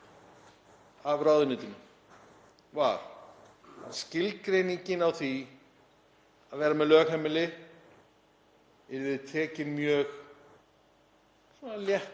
af ráðuneytinu var að skilgreiningin á því að vera með lögheimili yrði tekin mjög svona